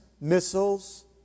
missiles